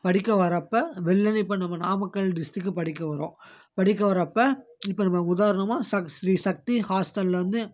படிக்க வர்றப்போ வெளிலேருந்து இப்போ நம்ம நாமக்கல் டிஸ்ட்ரிக்கு படிக்க வர்றோம் படிக்க வரப்போ இப்போ நம்ம உதாரணமாக ஸ்ரீ சக்தி ஹாஸ்ட்டலில் வந்து